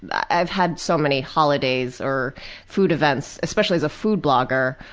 i've had so many holidays or food events, especially as a food blogger,